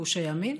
גוש הימין,